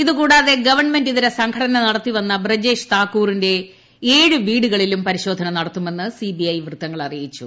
ഇതുകൂടാതെ ഗവൺമെന്റിതര സംഘടന നടത്തിവന്ന ബ്രജേഷ് താക്കൂറിന്റെ ഏഴ് വീടുകളിലും പരിശോധന നടത്തുമെന്ന് സി ബി ഐ വൃത്തങ്ങൾ അറിയിച്ചു